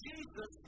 Jesus